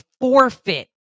forfeit